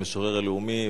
המשורר הלאומי,